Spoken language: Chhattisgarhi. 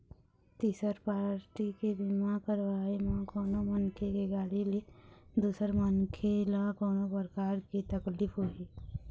तिसर पारटी के बीमा करवाय म कोनो मनखे के गाड़ी ले दूसर मनखे ल कोनो परकार के तकलीफ होही